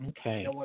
Okay